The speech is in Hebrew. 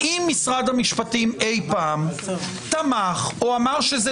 האם משרד המשפטים אי פעם תמך או אמר שזה